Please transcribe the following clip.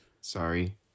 Sorry